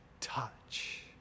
touch